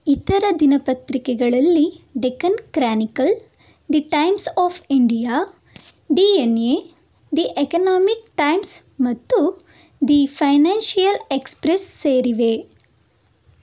ಇತರ ದಿನಪತ್ರಿಕೆಗಳಲ್ಲಿ Deccan Chronicle the Times of India D N A the Economic Times ಮತ್ತು the Financial Express ಸೇರಿವೆ